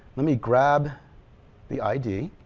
let me grab the id,